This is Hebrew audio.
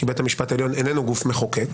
כי בית המשפט העליון איננו גוף מחוקק,